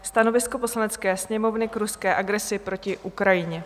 Stanovisko Poslanecké sněmovny k ruské agresi proti Ukrajině